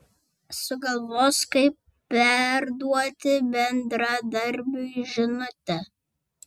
sugalvos kaip perduoti bendradarbiui žinutę